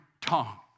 tongue